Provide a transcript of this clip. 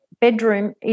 bedroom